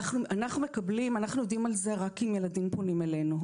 יודעים על זה רק אם ילדים פונים אלינו,